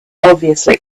obviously